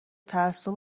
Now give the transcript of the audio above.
تعصب